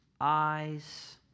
eyes